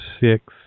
six